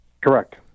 Correct